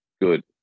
good